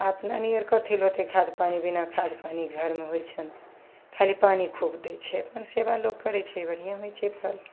अपना नियर कथी ले होतै खाद पानी बिना खाद पानी घरमे होइ छनि खाली पानी खूब दै छिए अपन सेवा लोक करै छै बढ़िआँ होइ छै फल